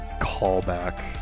callback